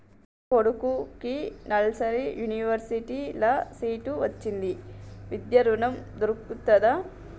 నా కొడుకుకి నల్సార్ యూనివర్సిటీ ల సీట్ వచ్చింది విద్య ఋణం దొర్కుతదా?